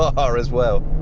are as well.